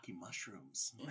mushrooms